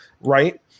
Right